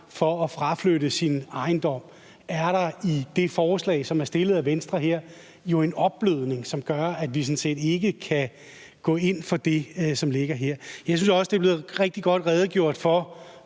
for at fraflytte sin ejendom, som er fremsat af Venstre her, er der jo i hvert fald en opblødning, som gør, at vi jo sådan set ikke kan gå ind for det, som ligger. Jeg synes også, der er blevet rigtig godt redegjort for,